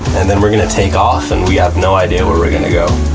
and then we're going to take off, and we have no idea where we're going to go.